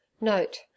note